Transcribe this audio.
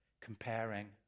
comparing